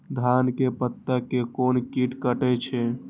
धान के पत्ता के कोन कीट कटे छे?